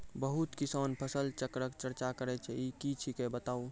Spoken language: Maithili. बहुत किसान फसल चक्रक चर्चा करै छै ई की छियै बताऊ?